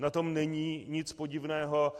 Na tom není nic podivného.